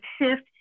shift